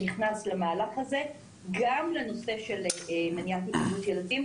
גם לנושא של מניעת היפגעות ילדים,